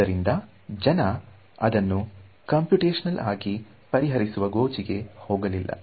ಆದ್ದರಿಂದಲೇ ಜನ ಅದನ್ನು ಕಂಪ್ಯೂಟಶ್ನಲ್ ಆಗಿ ಪರಿಹರಿಸುವ ಗೋಜಿಗೆ ಹೋಗಲಿಲ್ಲ